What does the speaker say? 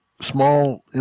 small